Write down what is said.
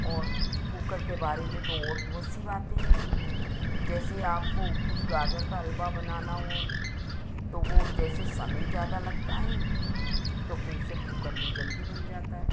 और कुकर के बारे में तो और बहुत सी बातें हैं जैसे आपको कुछ गाजर का हलवा बनाना हो वह जैसे समय ज़्यादा लगता है तो प्रेशर कुकर में जल्दी बन जाता है